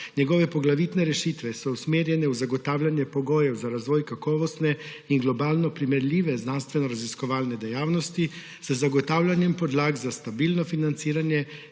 Njegove poglavitne rešitve so usmerjene v zagotavljanje pogojev za razvoj kakovostne in globalno primerljive znanstvenoraziskovalne dejavnosti z zagotavljanjem podlag za stabilno financiranje